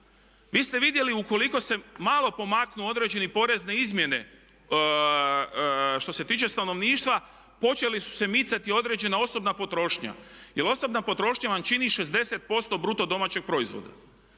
Vi ste vidjeli ukoliko se malo pomaknu određene porezne izmjene što se tiče stanovništva, počela su se micati određena osobna potrošnja. Jer osobna potrošnja vam čini 60% bruto domaćeg proizvoda.